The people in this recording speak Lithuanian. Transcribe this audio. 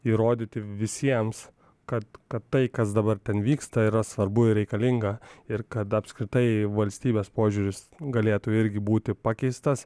įrodyti visiems kad kad tai kas dabar ten vyksta yra svarbu ir reikalinga ir kad apskritai valstybės požiūris galėtų irgi būti pakeistas